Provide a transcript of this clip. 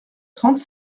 trente